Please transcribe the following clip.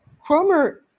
Cromer